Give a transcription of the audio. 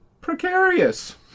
precarious